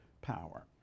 power